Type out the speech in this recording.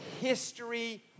history